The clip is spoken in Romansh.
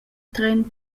tren